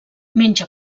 menja